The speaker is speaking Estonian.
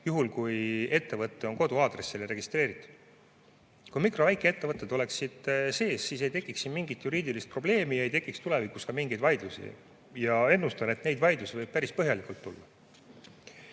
juhul, kui ettevõte on koduaadressile registreeritud. Kui mikro‑ ja väikeettevõtted oleksid sees, siis ei tekiks siin mingit juriidilist probleemi ja ei tekiks tulevikus mingeid vaidlusi. Ja ma ennustan, et neid vaidlusi võib päris palju